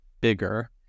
bigger